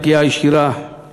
פגיעה ישירה.